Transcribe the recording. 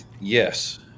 yes